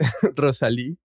Rosalí